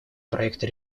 проекта